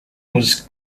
was